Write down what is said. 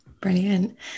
Brilliant